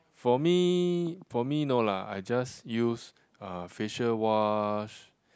for me for me no lah I just use uh facial wash